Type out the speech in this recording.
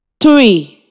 three